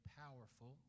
powerful